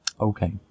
Okay